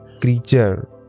creature